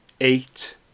eight